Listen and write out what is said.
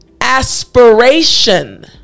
aspiration